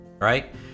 Right